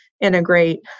integrate